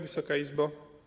Wysoka Izbo!